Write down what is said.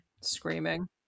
screaming